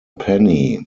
penny